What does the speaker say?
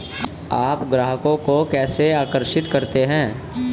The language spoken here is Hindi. आप ग्राहकों को कैसे आकर्षित करते हैं?